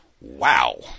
wow